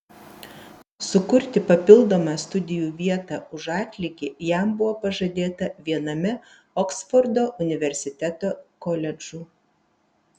sukurti papildomą studijų vietą už atlygį jam buvo pažadėta viename oksfordo universiteto koledžų